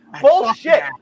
Bullshit